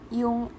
yung